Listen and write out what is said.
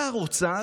שר האוצר,